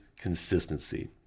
consistency